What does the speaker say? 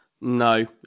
No